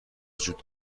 وجود